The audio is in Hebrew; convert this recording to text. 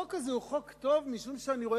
החוק הזה הוא חוק טוב משום שאני רואה